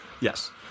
Yes